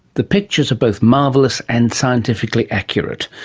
the pictures are both marvellous and scientifically accurate.